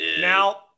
now